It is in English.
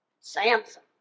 Samson